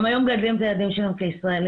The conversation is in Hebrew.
הם היו מגדלים את הילדים שלהם כישראלים,